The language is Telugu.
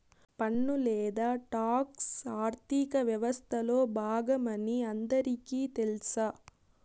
పన్ను లేదా టాక్స్ ఆర్థిక వ్యవస్తలో బాగమని అందరికీ తెల్స